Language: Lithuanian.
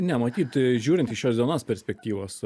ne matyt žiūrint iš šios dienos perspektyvos